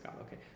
okay